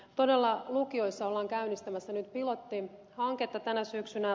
todella lukioissa ollaan käynnistämässä nyt pilottihanketta tänä syksynä